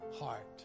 heart